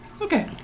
Okay